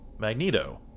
Magneto